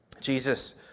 Jesus